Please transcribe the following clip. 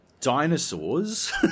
dinosaurs